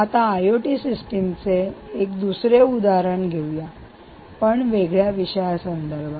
आता आयओटी सिस्टिमचे एक दुसरे उदाहरण घेऊया पण वेगळ्या विषयासंदर्भात